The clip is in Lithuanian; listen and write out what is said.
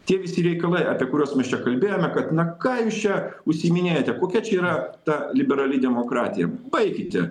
tie visi reikalai apie kuriuos mes čia kalbėjome kad na ką jūs čia užsiiminėjate kokia čia yra ta liberali demokratija baikite